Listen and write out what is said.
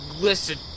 listen